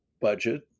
budget